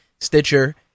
Stitcher